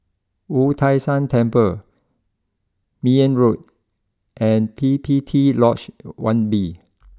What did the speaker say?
Wu Tai Shan Temple Meyer Road and P P T Lodge one B